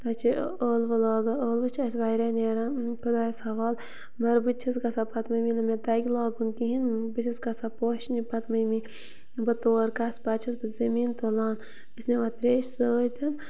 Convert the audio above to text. تَتہِ چھِ ٲلوٕ لاگان ٲلوٕ چھِ اَسہِ واریاہ نیران خۄدایَس حَوال مگر بہٕ تہِ چھَس گژھان پَتہٕ مٔمی نہٕ مےٚ تَگہِ لاگُن کِہیٖنۍ بہٕ چھَس گژھان پوشنہِ پَتہٕ مٔمی بہٕ تور گژھٕ پَتہٕ چھَس بہٕ زٔمیٖن تُلان بہٕ چھَس نِوان ترٛیش سۭتۍ